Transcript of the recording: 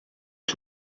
was